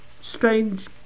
strange